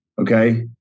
okay